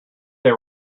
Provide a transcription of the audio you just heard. they